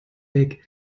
weg